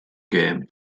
gêm